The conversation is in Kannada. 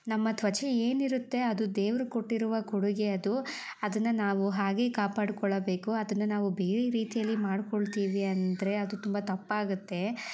ನಮ್ಮ ತ್ವಚೆ ಏನಿರುತ್ತೆ ಅದು ದೇವರು ಕೊಟ್ಟಿರುವ ಕೊಡುಗೆ ಅದು ಅದನ್ನು ನಾವು ಹಾಗೆ ಕಾಪಾಡ್ಕೊಳ್ಳಬೇಕು ಅದನ್ನು ನಾವು ಬೇರೆ ರೀತಿಯಲ್ಲಿ ಮಾಡ್ಕೊಳ್ತೀವಿ ಅಂದರೆ ಅದು ತುಂಬ ತಪ್ಪಾಗುತ್ತೆ